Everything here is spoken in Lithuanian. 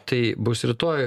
tai bus rytoj